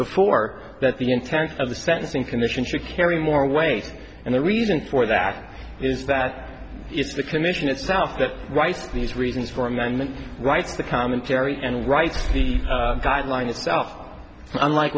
before that the intent of the sentencing commission should carry more weight and the reason for that is that the commission itself that right these reasons for amendment rights the commentary and rights the guideline itself unlike